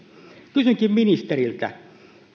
kysynkin ministeriltä